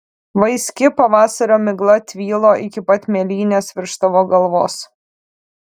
vaiski pavasario migla tvylo iki pat mėlynės virš tavo galvos